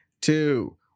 two